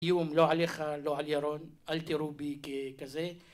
יום לא עליך, לא על ירון, אל תראו בי כזה.